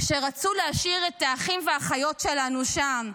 שרצו להשאיר את האחים והאחיות שלנו שם,